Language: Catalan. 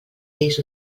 lleis